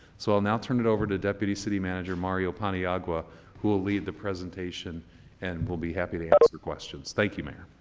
so i'll now turn it over to deputy city manager mario paniagua who will lead the presentation and will be happy to answer questions. thank you, mayor.